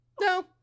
No